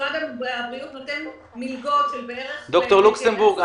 משרד הבריאות נותן מלגות של --- ד"ר לוקסמבורג,